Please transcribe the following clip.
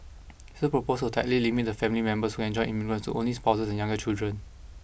he also proposed to tightly limit the family members who can join immigrants to only spouses and younger children